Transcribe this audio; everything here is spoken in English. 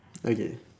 okay